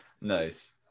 Nice